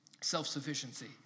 self-sufficiency